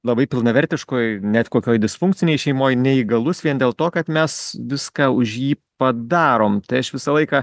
labai pilnavertiškoj net kokioj disfunkcinėj šeimoj neįgalus vien dėl to kad mes viską už jį padarom tai aš visą laiką